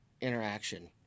interaction